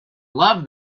loved